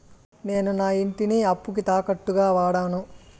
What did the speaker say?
నేను నా ఇంటిని అప్పుకి తాకట్టుగా వాడాను